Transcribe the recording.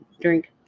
drink